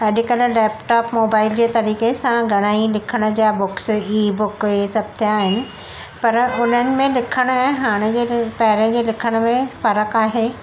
अॼुकल्ह laptop mobile जे सलीक़े सां घणाई लिखण जा बुक्स ईबुक ई सभ पिया आहिनि पर उन्हनि में लिखणु ऐं हाणे जे पहिरें जे लिखण में फ़र्क़ु आहे